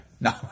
no